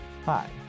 Hi